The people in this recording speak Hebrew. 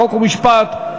חוק ומשפט,